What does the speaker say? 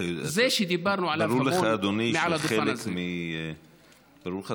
זה שדיברנו עליו המון מעל הדוכן הזה.